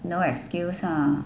no excuse lah